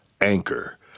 Anchor